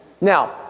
Now